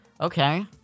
Okay